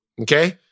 okay